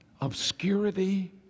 Obscurity